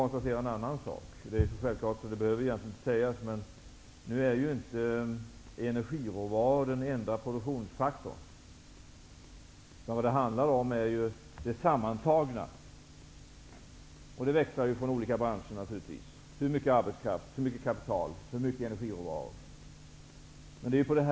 Energiråvaror är inte den enda produktionsfaktorn. Det handlar om den sammantagna mängden arbetskraft, kapital och energiråvaror, och den varierar naturligvis mellan olika branscher.